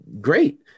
great